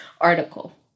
article